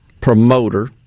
Promoter